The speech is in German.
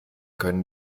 können